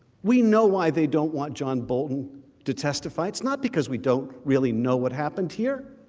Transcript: we know why they don't want john bolton to testify it's not because we don't really know what happened here